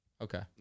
Okay